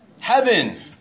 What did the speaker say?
heaven